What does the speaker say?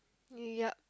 yeap